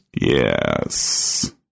Yes